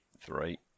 Three